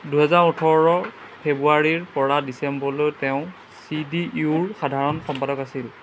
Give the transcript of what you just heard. দুহেজাৰ ওঠৰৰ ফেব্ৰুৱাৰীৰপৰা ডিচেম্বৰলৈ তেওঁ চি ডি ইউ ৰ সাধাৰণ সম্পাদক আছিল